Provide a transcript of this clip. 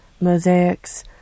Mosaics